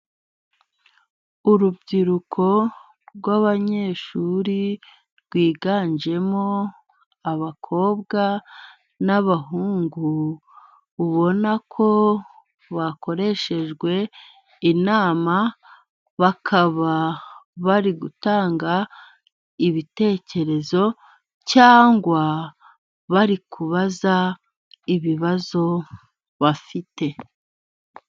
Urubyiruko rw'abanyeshuri, rwiganjemo abakobwa n'abahungu. Ubona ko bakoreshejwe inama bakaba bari gutanga ibitekerezo, cyangwa bari kubaza ibibazo bafite.